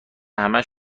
همش